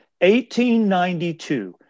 1892